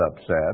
upset